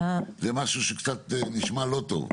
זה משהו שקצת נשמע לא טוב.